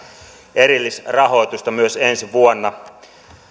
erillisrahoitusta myös ensi vuonna